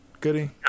Goody